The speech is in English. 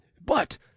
But